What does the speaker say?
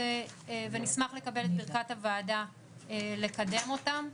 ונשמח לקבל את ברכת הוועדה לקדם אותם,